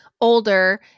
older